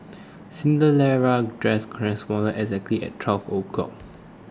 cinderella's dress exactly at twelve o'clock